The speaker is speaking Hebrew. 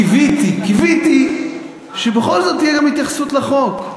קיוויתי שבכל זאת תהיה גם התייחסות לחוק.